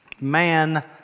man